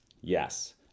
Yes